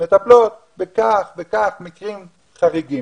מטפלות בכך וכך מקרים חריגים.